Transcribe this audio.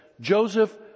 Joseph